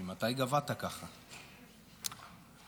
ממתי גבהת ככה, יוראי?